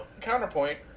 Counterpoint